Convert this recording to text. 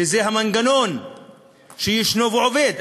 שזה המנגנון שישנו ועובד.